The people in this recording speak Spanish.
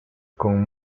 con